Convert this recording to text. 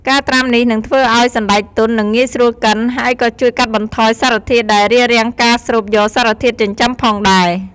ការត្រាំនេះនឹងធ្វើឱ្យសណ្តែកទន់ និងងាយស្រួលកិន ហើយក៏ជួយកាត់បន្ថយសារធាតុដែលរារាំងការស្រូបយកសារធាតុចិញ្ចឹមផងដែរ។